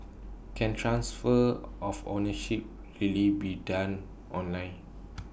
can transfer of ownership really be done online